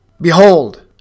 Behold